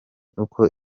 uko